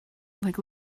like